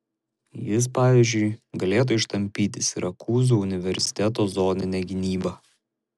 jis pavyzdžiui galėtų ištampyti sirakūzų universiteto zoninę gynybą